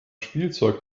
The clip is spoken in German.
spielzeug